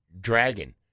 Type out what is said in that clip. Dragon